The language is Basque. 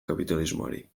kapitalismoari